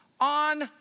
on